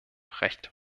recht